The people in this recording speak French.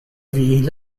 vie